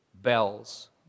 Bells